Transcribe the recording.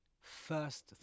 first